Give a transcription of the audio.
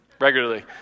regularly